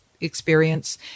experience